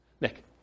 Nick